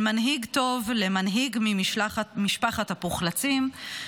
מנהיג טוב למנהיג ממשפחת הפוחלצים",